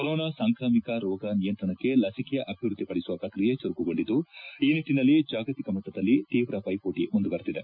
corona ಸಾಂಕ್ರಾಮಿಕ ರೋಗ ನಿಯಂತ್ರಣಕ್ಕೆ ಲಸಿಕೆ ಅಭಿವೃದ್ದಿ ಪದಿಸುವ ಪ್ರಕ್ರಿಯೆ ಚುರುಕುಗೊಂಡಿದ್ದು ಈ ನಿಟ್ಟಿನಲ್ಲಿ ಜಾಗತಿಕ ಮಟ್ಟದಲ್ಲಿ ತೀವ್ರ ಪೈಪೋಟಿ ಮುಂದುವರೆದಿದೆ